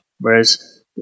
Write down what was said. whereas